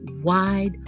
wide